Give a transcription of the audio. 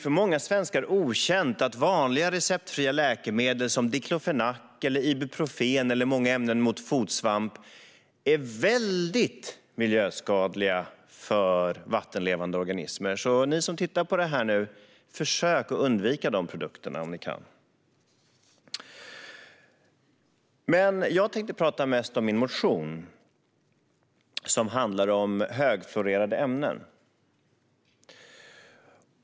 För många svenskar är det okänt att vanliga receptfria läkemedel som diklofenak, ibuprofen och många ämnen mot fotsvamp är mycket miljöskadliga för vattenlevande organismer. Så ni som tittar på detta: Försök att undvika dessa produkter om ni kan! Jag ska mest tala om min motion som handlar om högfluorerade ämnen.